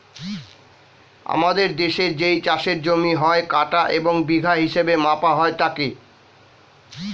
আমাদের দেশের যেই চাষের জমি হয়, কাঠা এবং বিঘা হিসেবে মাপা হয় তাকে